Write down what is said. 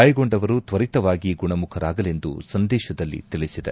ಗಾಯಗೊಂಡವರು ತ್ವರಿತವಾಗಿ ಗುಣಮುಖರಾಗಲೆಂದು ಸಂದೇಶದಲ್ಲಿ ತಿಳಿಸಿದೆ